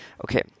Okay